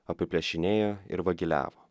apiplėšinėjo ir vagiliavo